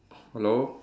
hello